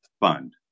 Fund